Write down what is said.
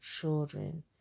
children